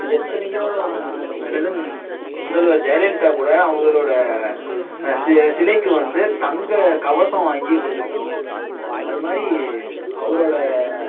எத்தனையோ என்னது முதல்வர் ஜெயலலிதா கூட அவரோட சிலை சிலைக்கு வந்து தங்க கவசம் வாங்கி கொடுத்துருக்காங்க அது மாதிரி அவரோட